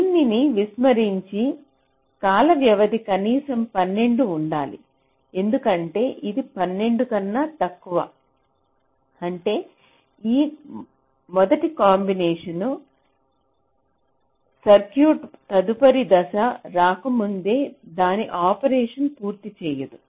దీనిని విస్మరించి కాల వ్యవధి కనీసం 12 ఉండాలి ఎందుకంటే ఇది 12 కన్నా తక్కువ ఉంటే ఈ మొదటి కాంబినేషన్ సర్క్యూట్ తదుపరి దశ రాకముందే దాని ఆపరేషన్ పూర్తి చేయదు